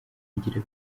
kugira